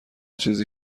چیزی